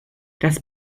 das